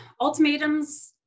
ultimatums